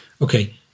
okay